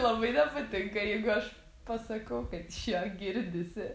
labai nepatinka jeigu aš pasakau kad iš jo girdisi